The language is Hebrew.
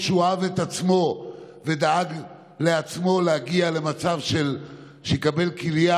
כמו שהוא אהב את עצמו ודאג לעצמו שיגיע למצב שיקבל כליה,